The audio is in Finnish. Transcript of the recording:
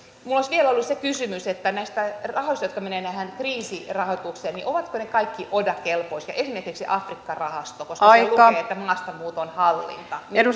olisi vielä ollut se kysymys näistä rahoista jotka menevät tähän kriisirahoitukseen ovatko ne kaikki oda kelpoisia esimerkiksi afrikka rahasto koska siinä lukee maastamuuton hallinta